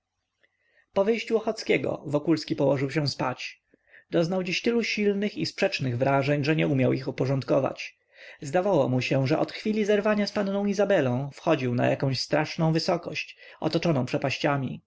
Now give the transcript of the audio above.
po wyjściu ochockiego wokulski położył się spać doznał dziś tylu silnych i sprzecznych wrażeń że nie umiał ich uporządkować zdawało mu się że od chwili zerwania z panną izabelą wchodził na jakąś straszną wysokość otoczoną przepaściami i